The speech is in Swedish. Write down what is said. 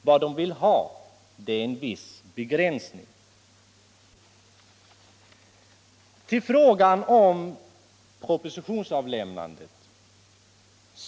Vad de vill ha är en viss begränsning. Till frågan om propositionsavlämnandet.